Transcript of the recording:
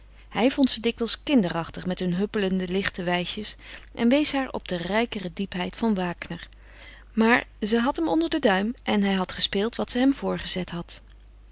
hij vond ze dikwijls kinderachtig met hun huppelende lichte wijsjes en wees haar op de rijkere diepheid van wagner maar ze had hem onder den duim en hij had gespeeld wat ze hem voorgezet had